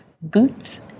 boots